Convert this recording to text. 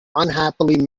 unhappily